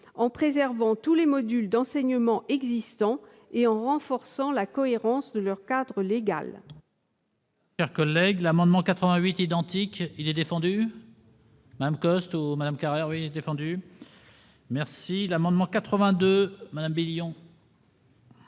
en préservant tous les modules d'enseignement existants et en renforçant la cohérence de leur cadre légal.